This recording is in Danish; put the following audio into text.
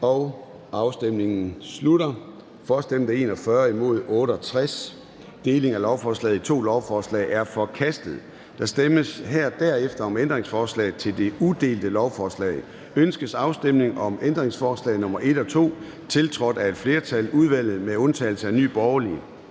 en fejl)), hverken for eller imod stemte 0. Delingen af lovforslaget i to lovforslag er forkastet. Der stemmes derefter om ændringsforslagene til det udelte lovforslag. Ønskes afstemning om ændringsforslag nr. 1 og 2, tiltrådt af et flertal (udvalget med undtagelse af NB)? De er